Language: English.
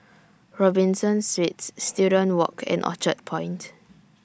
Robinson Suites Student Walk and Orchard Point